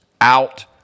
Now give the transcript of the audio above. out